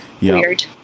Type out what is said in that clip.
weird